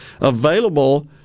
available